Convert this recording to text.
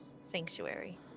sanctuary